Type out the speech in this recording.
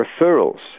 referrals